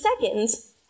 seconds